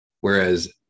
Whereas